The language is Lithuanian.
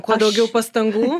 kuo daugiau pastangų